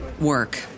work